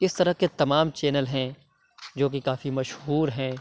اِس طرح کے تمام چینل ہیں جوکہ کافی مشہور ہیں